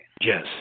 Yes